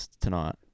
tonight